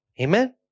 Amen